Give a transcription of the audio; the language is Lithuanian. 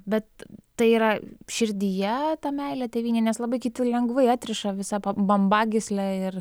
bet tai yra širdyje ta meilė tėvynei nes labai kiti lengvai atriša visą ba bambagyslę ir